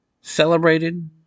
Celebrated